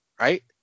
right